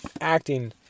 acting